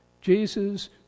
Jesus